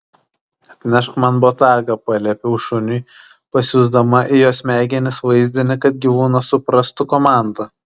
atnešk man botagą paliepiau šuniui pasiųsdama į jo smegenis vaizdinį kad gyvūnas suprastų komandą